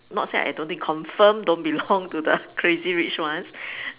not say I don't think !confirm! don't belong to the crazy rich ones